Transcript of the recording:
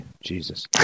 Jesus